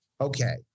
okay